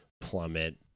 plummet